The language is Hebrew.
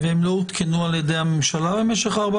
והם לא הותקנו על-ידי הממשלה במשך ארבע